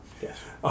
Yes